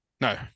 No